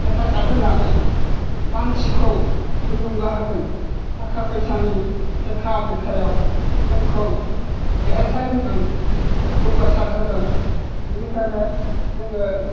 हेफाजाब होनानै मानसिखौ थुलुंगा होदों थाखा फैसानि थेखा बेखायाव जोंखौ देरहासार होदों जौगासार होदों बिनिखायनो जोङो